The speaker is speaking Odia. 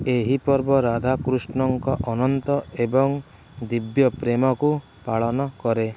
ଏହି ପର୍ବ ରାଧା କୃଷ୍ଣଙ୍କ ଅନନ୍ତ ଏବଂ ଦିବ୍ୟ ପ୍ରେମକୁ ପାଳନ କରେ